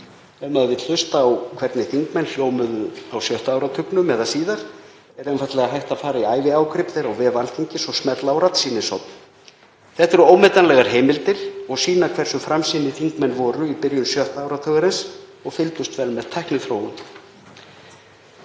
Ef maður vill hlusta á hvernig þingmenn hljómuðu á sjötta áratugnum eða síðar er einfaldlega hægt að fara í æviágrip þeirra á vef Alþingis og smella á raddsýnishorn. Þetta eru ómetanlegar heimildir og sýna hversu framsýnir þingmenn voru í byrjun sjötta áratugarins og fylgdust vel með tækniþróun.